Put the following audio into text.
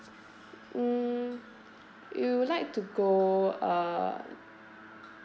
mm we would like to go uh